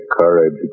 courage